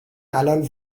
الان